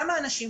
כמה אנשים,